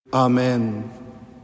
Amen